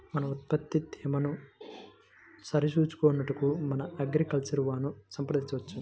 మన ఉత్పత్తి తేమను సరిచూచుకొనుటకు మన అగ్రికల్చర్ వా ను సంప్రదించవచ్చా?